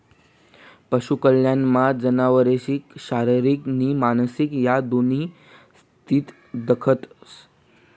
पशु कल्याणमा जनावरसनी शारीरिक नी मानसिक ह्या दोन्ही स्थिती दखतंस